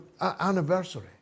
anniversary